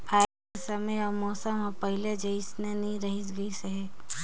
आयज के समे अउ मउसम हर पहिले जइसन नइ रही गइस हे